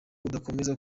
adakomeza